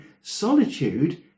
solitude